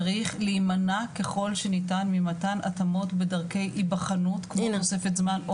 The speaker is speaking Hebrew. צריך להימנע ככול שניתן ממתן התאמות בדרכי היבחנות כמו תוספת זמן,